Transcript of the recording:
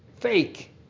fake